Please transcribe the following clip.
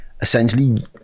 Essentially